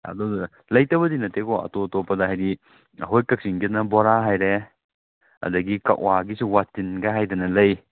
ꯑꯗꯨꯗꯨꯅ ꯂꯩꯇꯕꯗꯤ ꯅꯠꯇꯦꯀꯣ ꯑꯇꯣꯞ ꯑꯇꯣꯞꯄꯗ ꯍꯥꯏꯗꯤ ꯑꯩꯈꯣꯏ ꯀꯥꯛꯆꯤꯡꯒꯤꯅ ꯕꯣꯔꯥ ꯍꯥꯏꯔꯦ ꯑꯗꯒꯤ ꯀꯛꯋꯥꯒꯤꯁꯨ ꯋꯥꯇꯤꯟꯒ ꯍꯥꯏꯗꯅ ꯂꯩ